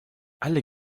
alle